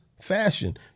fashion